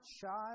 shy